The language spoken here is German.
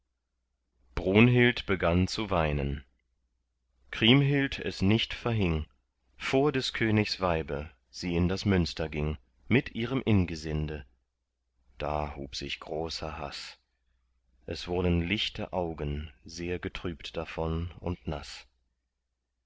brunhild begann zu weinen kriemhild es nicht verhing vor des königs weibe sie in das münster ging mit ihrem ingesinde da hub sich großer haß es wurden lichte augen sehr getrübt davon und naß